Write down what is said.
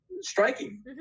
striking